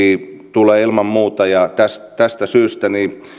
tulee ilman muuta tästä tästä syystä